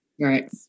Right